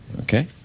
Okay